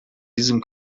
diesem